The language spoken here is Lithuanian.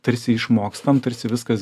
tarsi išmokstam tarsi viskas